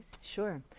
Sure